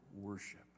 worship